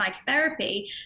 psychotherapy